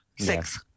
six